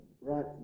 right